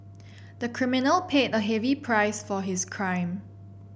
the criminal paid a heavy price for his crime